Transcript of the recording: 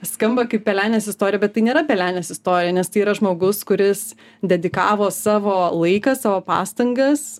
skamba kaip pelenės istorija bet tai nėra pelenės istorija nes tai yra žmogus kuris dedikavo savo laiką savo pastangas